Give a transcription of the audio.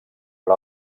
per